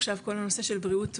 עכשיו כל הנושא של בריאות,